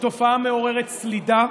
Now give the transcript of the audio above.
היא תופעה מעוררת סלידה,